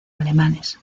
alemanes